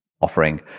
offering